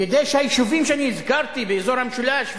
כדי שהיישובים שהזכרתי באזור המשולש,